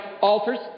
alters